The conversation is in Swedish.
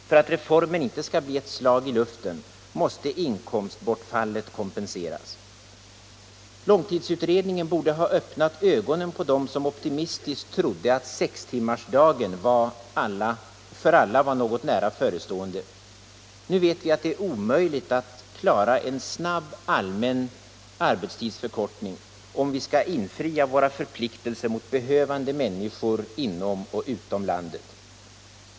För att reformen inte skall bli ett slag i luften måste inkomstbortfallet kompenseras. Långtidsutredningen borde ha öppnat ögonen på dem som optimistiskt trodde att sextimmarsdagen för alla var något nära förestående. Nu vet vi att det är omöjligt att klara en snabb allmän arbetstidsförkortning om vi skall infria våra förpliktelser mot behövande människor inom och utom landet.